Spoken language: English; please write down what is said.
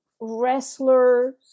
wrestler's